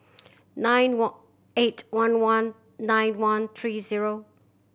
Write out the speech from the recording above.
nine eight one one nine one three zero